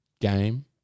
game